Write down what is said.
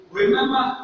remember